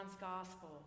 gospel